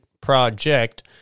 project